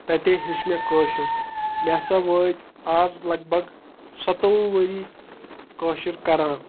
تَتی ہیٚچھ مےٚ کٲشُر مےٚ ہَسا وٲتۍ آز لگ بگ ستووُہ ؤری کٲشُر کَران